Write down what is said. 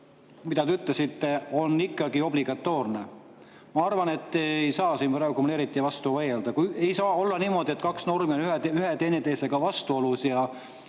mida te ütlesite, on ikkagi obligatoorne. Ma arvan, et te ei saa siin praegu mulle eriti vastu vaielda. Ei saa olla niimoodi, et kaks normi on teineteisega vastuolus.